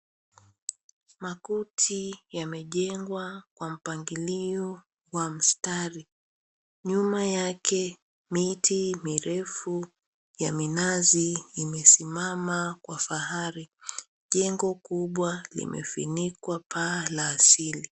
Makuti yamejengwa kwa mpanglio wa mstari. Nyuma yake, miti mirefu ya minazi imesimama kwa fahari. Jengo kubwa limefunikwa paa la asili.